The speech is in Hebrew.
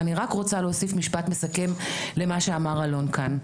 ואני רק רוצה להוסיף משפט מסכם למה שאמר אלון כאן.